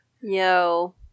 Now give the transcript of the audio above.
Yo